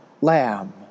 Lamb